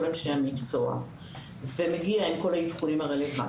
אנשי המקצוע ומגיע עם על האבחונים הרלוונטיים.